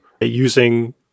using